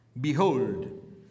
Behold